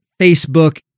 Facebook